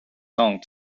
song